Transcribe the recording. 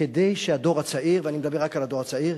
כדי שהדור הצעיר, ואני מדבר רק על הדור הצעיר,